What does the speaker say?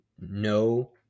no